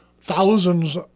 thousands